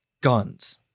guns